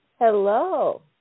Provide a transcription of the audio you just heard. Hello